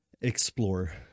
explore